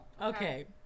Okay